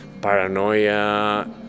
paranoia